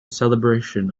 celebration